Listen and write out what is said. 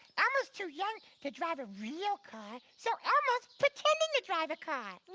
elmo's too young to drive a real car so elmo's pretending to drive a car.